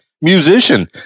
musician